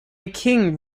king